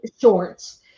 shorts